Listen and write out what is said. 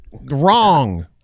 Wrong